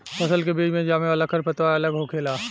फसल के बीच मे जामे वाला खर पतवार अलग होखेला